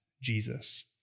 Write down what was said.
Jesus